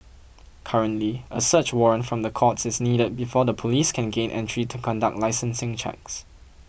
currently a search warrant from the courts is needed before the police can gain entry to conduct licensing checks